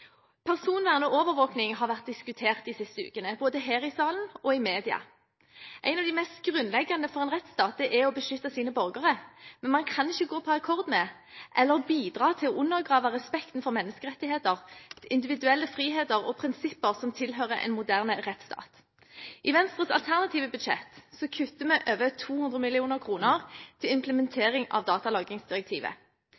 Personvern og overvåkning har vært diskutert de siste ukene både her i salen og i media. Noe av de mest grunnleggende for en rettsstat er å beskytte sine borgere, men man kan ikke gå på akkord med eller bidra til å undergrave respekten for menneskerettigheter, individuelle friheter og prinsipper som tilhører en moderne rettsstat. I Venstres alternative budsjett kutter vi over 200 mill. kr til